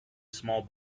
small